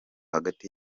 hagati